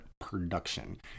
Production